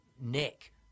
nick